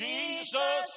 Jesus